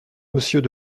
monsieur